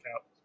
out